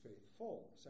faithful